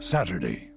Saturday